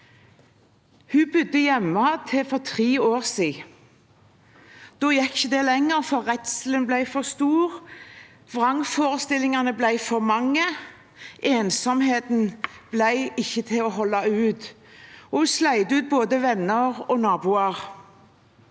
Hun bodde hjemme inntil for tre år siden. Da gikk det ikke lenger, for redselen ble for stor, vrangforestillingene ble for mange, og ensomheten ble ikke til å holde ut. Hun slet ut både venner og naboer.